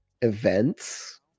events